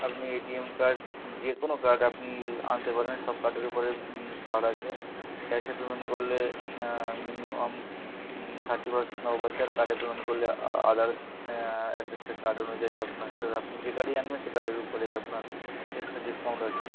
আপনি ATM card যে কোনো কার্ড আপনি আনতে পারেন সব কার্ডের ওপরে ছাড় আছে ক্যাশে পেমেন্ট করলে মিনিমাম থার্টি পারসেন্ট অফ আছে আর কার্ডে পেমেন্ট করলে আদারস একেকটা কার্ড অনুযায়ী আপনার সে রকম যে কাডই আনবেন সে কার্ডের উপরেই আপনার এক্সট্রা ডিসকাউন্ট আছে